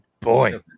Boy